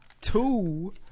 Two